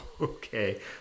Okay